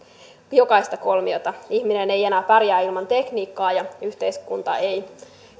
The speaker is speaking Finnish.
jokaista kolmiosta ihminen ei enää pärjää ilman tekniikkaa ja yhteiskunta ei